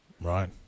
right